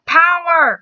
power